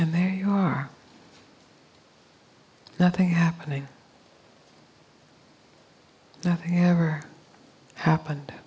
and there you are nothing happening nothing ever happened